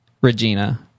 Regina